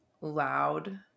loud